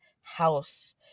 house